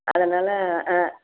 அதனால் ஆ